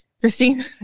Christine